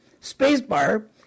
spacebar